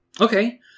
okay